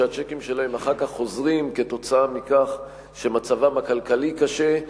שהצ'קים שלהם אחר כך חוזרים כתוצאה מכך שמצבם הכלכלי קשה,